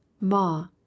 ma